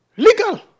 Legal